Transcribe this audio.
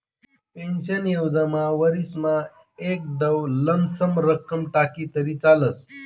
pension योजनामा वरीसमा एकदाव लमसम रक्कम टाकी तरी चालस